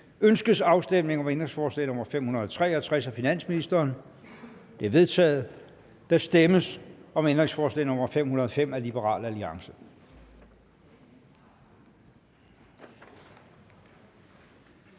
Ønskes afstemning om ændringsforslag nr. 563 af finansministeren? Det er vedtaget. Der stemmes om ændringsforslag nr. 505 af Liberal Alliance.